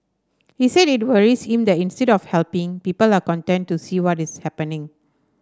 he said it worries him that instead of helping people are content to see what is happening